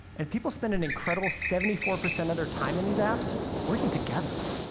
and people spend an incredible seventy four percent of their time in these apps working together.